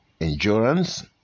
endurance